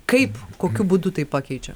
kaip kokiu būdu tai pakeičia